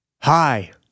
Hi